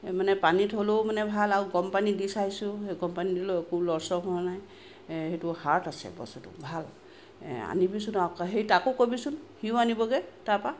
মানে পানী থলেও মানে ভাল আৰু গৰম পানী দি চাইছো সেই গৰম পানী দিলেও একো লৰচৰ হোৱা নাই সেইটো হাৰ্ড আছে বস্তুটো ভাল আনিবিচোন আকৌ সেই তাকো কবিচোন সিও আনিবগৈ তাৰপৰা